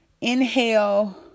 inhale